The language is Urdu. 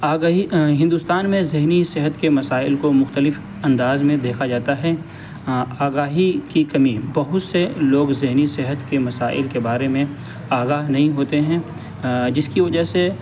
آگہی ہندوستان میں ذہنی صحت کے مسائل کو مختلف انداز میں دیکھا جاتا ہے آگاہی کی کمی بہت سے لوگ ذہنی صحت کے مسائل کے بارے میں آگاہ نہیں ہوتے ہیں جس کی وجہ سے